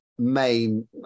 main